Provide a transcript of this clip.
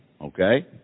okay